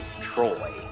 Troy